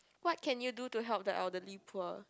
what can you do to help the elderly poor